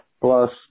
Plus